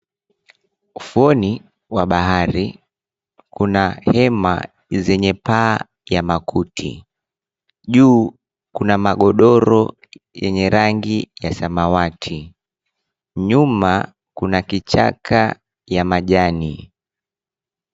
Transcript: Ufuoni wa bahari kuna hema zenye paa ya makuti. Juu kuna magodoro yenye rangi ya samawati. Nyuma kuna kichaka ya majani.